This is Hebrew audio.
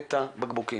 את הבקבוקים.